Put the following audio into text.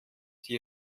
die